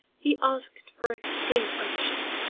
he asked for extreme unction.